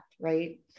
right